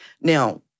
Now